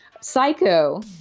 Psycho